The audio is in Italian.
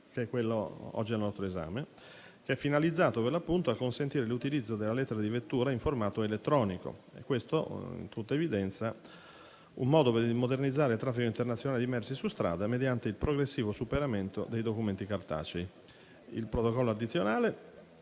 che è quello oggi al nostro esame, che è finalizzato per l'appunto a consentire l'utilizzo della lettera di vettura in formato elettronico. Questo, in tutta evidenza, è un modo per modernizzare il traffico internazionale di merci su strada mediante il progressivo superamento dei documenti cartacei. Il protocollo addizionale,